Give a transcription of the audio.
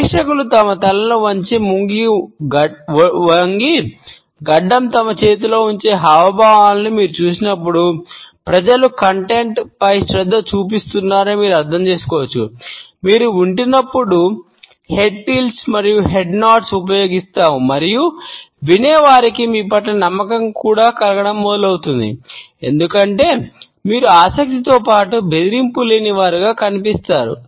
ప్రేక్షకులు తమ తలలను వంచి ముందుకు వంగి గడ్డం తమ చేతిలో ఉంచే హావభావాలను మీరు చూసినప్పుడు ప్రజలు కంటెంట్ ఉపయోగిస్తాము మరియు వినేవారికి మీ పట్ల నమ్మకం కలగడం మొదలవుతుంది ఎందుకంటే మీరు ఆసక్తితో పాటు బెదిరింపు లేనివారుగా కనిపిస్తారు